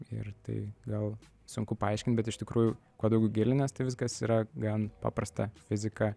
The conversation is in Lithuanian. ir tai gal sunku paaiškint bet iš tikrųjų kuo daugiau gilinies tai viskas yra gan paprasta fizika